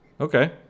Okay